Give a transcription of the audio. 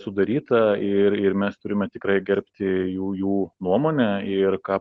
sudaryta ir ir mes turime tikrai gerbti jų jų nuomonę ir ką